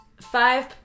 five